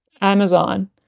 Amazon